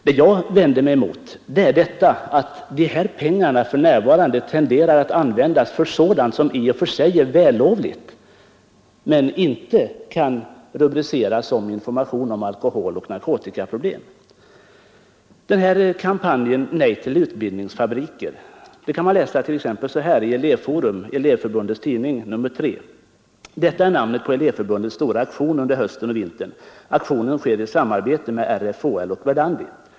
Vad jag vänt mig emot är att de pengar som vi här talar om tenderar att användas för sådant som i och för sig är vällovligt men som inte kan rubriceras som information om alkoholoch narkotikaproblem. Vad sedan kampanjen ”Nej till utbildningsfabriker” beträffar kan man läsa följande i elevförbundets tidning Elevforum nr 3 ”Nej till utbildningsfabriker. Detta är namnet på elevförbundets stora aktion under hösten och vintern. Aktionen sker i samarbete med RFHL och Verdandi.